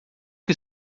que